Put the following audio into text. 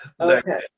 Okay